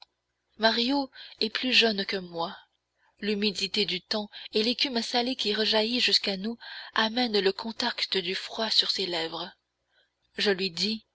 mario est plus jeune que moi l'humidité du temps et l'écume salée qui rejaillit jusqu'à nous amènent le contact du froid sur ses lèvres je lui dis